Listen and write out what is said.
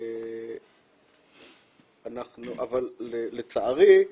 אבל לצערי,